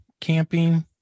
camping